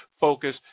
focus